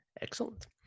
Excellent